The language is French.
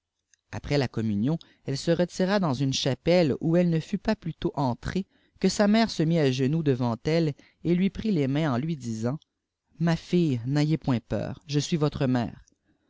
après la communion elle se retira dans une chapelle où elle ne fut pas plus tôt entrée que sa mère se mit à genoux devant elle et lui prit les mains ei lui disant ma fille n'ayez point peur je suis votre mère